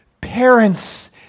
Parents